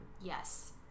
Yes